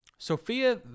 Sophia